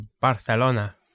Barcelona